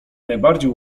najbardziej